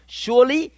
surely